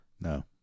No